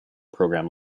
program